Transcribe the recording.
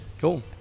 Cool